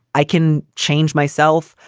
i can change myself.